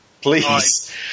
please